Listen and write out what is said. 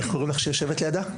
איך קוראים לך שיושבת לידה?